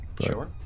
Sure